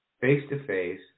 face-to-face